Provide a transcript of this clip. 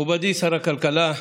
מכובדי שר הכלכלה,